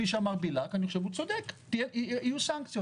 כפי שאמר חבר הכנסת בליאק ואני חושב שהוא צודק יהיו סנקציות.